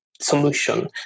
solution